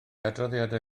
adroddiadau